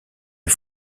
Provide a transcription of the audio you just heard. est